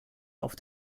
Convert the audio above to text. auf